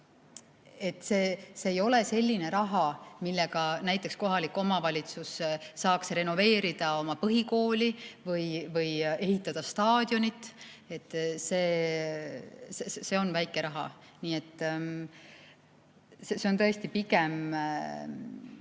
See ei ole selline raha, millega näiteks kohalik omavalitsus saaks renoveerida oma põhikooli või ehitada staadioni. See on väike raha, nii et see on tõesti pigem